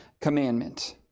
commandment